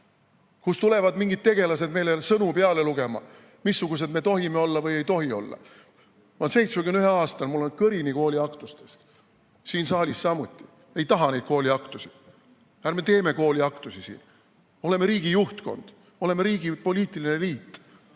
kus tulevad mingid tegelased meile sõnu peale lugema, missugused me tohime olla või ei tohi olla. Ma olen 71-aastane, mul on kõrini kooliaktustest, siin saalis samuti ei taha neid kooliaktusi. Ärme teeme kooliaktusi siin, oleme riigi juhtkond, oleme riigi poliitiline eliit!